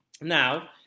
now